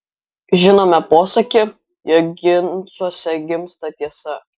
žinome posakį jog ginčuose gimsta tiesa